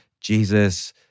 Jesus